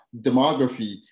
demography